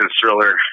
Thriller